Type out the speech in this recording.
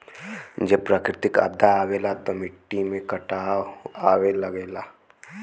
जब प्राकृतिक आपदा आवला त मट्टी में कटाव आवे लगला